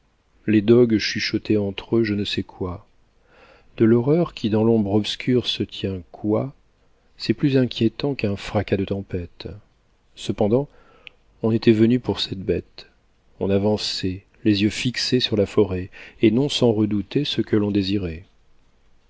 les dogues chuchotaient entre eux je ne sais quoi de l'horreur qui dans l'ombre obscure se tient coi c'est plus inquiétant qu'un fracas de tempête cependant on était venu pour cette bête on avançait les yeux fixés sur la forêt et non sans redouter ce que l'on désirait